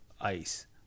ice